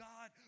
God